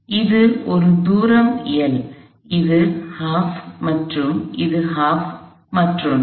எனவே இது ஒரு தூரம் இது இது மற்றொன்று